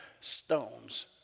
stones